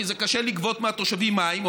כי זה קשה לגבות מהתושבים מים,